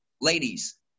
ladies